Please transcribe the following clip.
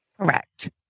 Correct